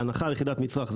בהנחה על יחידת מצרך.